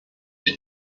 die